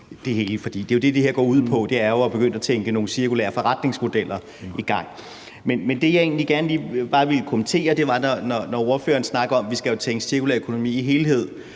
det hele, for det, det her går ud på, er jo at begynde at tænke på at få sat nogle cirkulære forretningsmodeller i gang. Men det, jeg egentlig gerne lige vil kommentere, er, at ordføreren snakker om, at vi skal tænke cirkulær økonomi ind